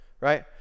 right